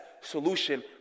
solution